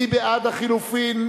מי בעד החלופין?